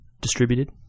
distributed